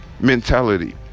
Mentality